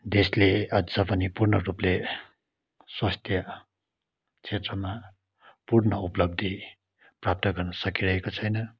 देशले अझ पनि पूर्णरूपले स्वास्थ्य क्षेत्रमा पूर्ण उपलब्धि प्राप्त गर्न सकिरहेको छैन